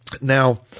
Now